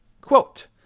quote